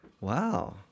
wow